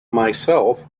myself